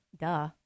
duh